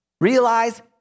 Realize